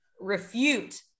refute